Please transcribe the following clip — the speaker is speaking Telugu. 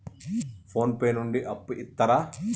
ఫోన్ పే నుండి అప్పు ఇత్తరా?